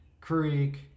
creek